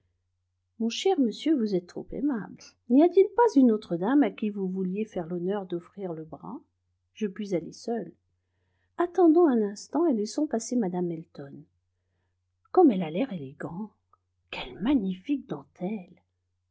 mon cher monsieur vous êtes trop aimable n'y a-t-il pas une autre dame à qui vous vouliez faire l'honneur d'offrir le bras je puis aller seule attendons un instant et laissons passer mme elton comme elle a l'air élégant quelles magnifiques dentelles